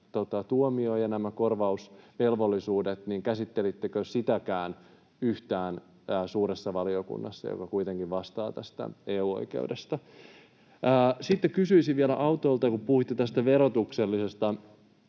tuomio ja nämä korvausvelvollisuudet? Käsittelittekö sitäkään yhtään suuressa valiokunnassa, joka kuitenkin vastaa tästä EU-oikeudesta? Sitten kysyisin vielä Autolta, kun puhuitte tästä verotuksellisesta